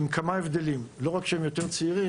לא רק שהם יותר צעירים,